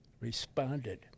responded